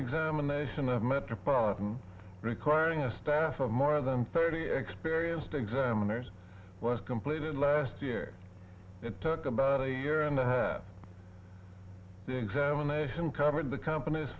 examination of metropolitan requiring a staff of more than thirty experienced examiners was completed last year it took about a year and a half the examination covered the company's